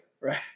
right